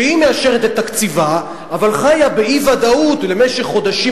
שהיא מאשרת את תקציבה אבל חיה באי-ודאות למשך חודשים